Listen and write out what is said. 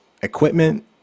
equipment